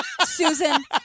Susan